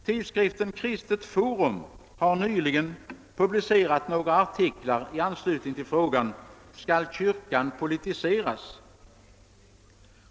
Tidskriften »Kristet forum» har nyligen publicerat några artiklar i anslutning till frågan »Skall kyrkan politiseras?».